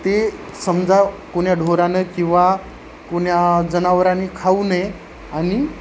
ते समजा कोण्या ढोराने किंवा कोण्या जनावरानी खाऊ नये आणि